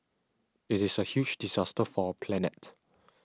it is a huge disaster for our planet